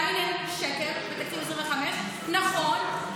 עדיין אין שקל בתקציב 2025. נכון,